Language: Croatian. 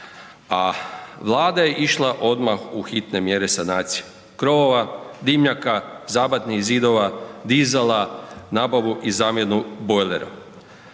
a vlada je išla odmah u hitne mjere sanacije krovova, dimnjaka, zabatnih zidova, dizala, nabavu i zamjenu bojlera.